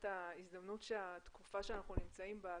את ההזדמנות שהתקופה שאנחנו נמצאים בה,